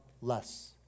less